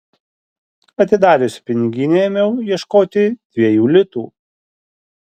atidariusi piniginę ėmiau ieškoti dviejų litų